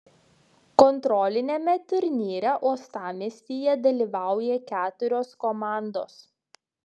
kontroliniame turnyre uostamiestyje dalyvauja keturios komandos